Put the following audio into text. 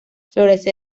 florece